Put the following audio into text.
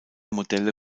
modelle